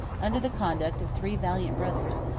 under the conduct of three valiant brothers,